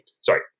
sorry